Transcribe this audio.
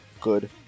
good